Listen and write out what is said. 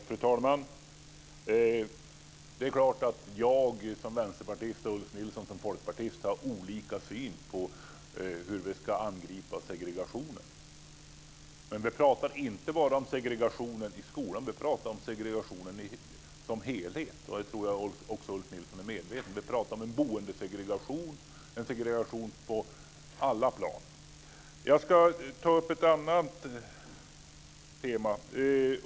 Fru talman! Det är klart att jag som vänsterpartist och Ulf Nilsson som folkpartist har olika syn på hur vi ska angripa segregationen. Men vi pratar inte bara om segregationen i skolan. Vi pratar om segregationen i samhället som helhet, och det tror jag att Ulf Nilsson också är medveten om. Vi pratar om en boendesegregation - en segregation på alla plan. Jag ska ta upp ett annat tema.